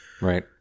Right